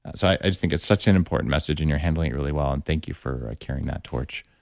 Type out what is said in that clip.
so i just think it's such an important message and you're handling it really well and thank you for carrying that torch.